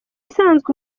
bisanzwe